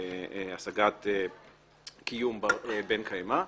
להשגת קיום בר קיימא.